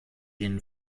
ihn